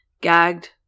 gagged